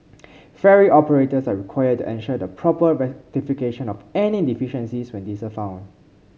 ferry operators are required to ensure the proper rectification of any deficiencies when these are found